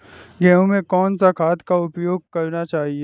गेहूँ में कौन सा खाद का उपयोग करना चाहिए?